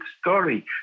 story